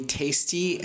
tasty